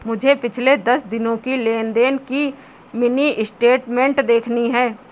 मुझे पिछले दस दिनों की लेन देन की मिनी स्टेटमेंट देखनी है